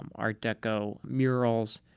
um art deco, murals.